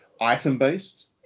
item-based